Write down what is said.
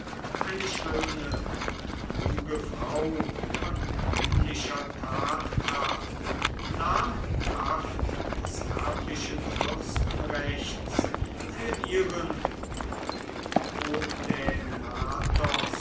eine schöne und kluge frau von männlicher thatkraft nahm kraft des erblichen fürstenrechts für ihren und odaenathos